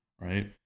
right